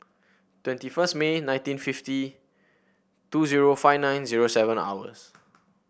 twenty first May nineteen fifty two zero five nine zero seven hours